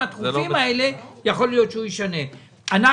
אחרי ישנה אותם.